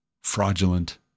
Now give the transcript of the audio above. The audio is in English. fraudulent